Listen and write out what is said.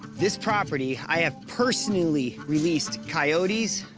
this property i have personally released coyotes,